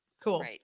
cool